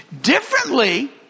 differently